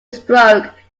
stroke